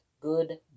good